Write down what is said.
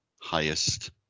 highest